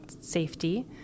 safety